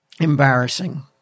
embarrassing